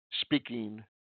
Speaking